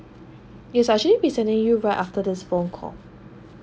yes I'll actually be sending you right after this phone call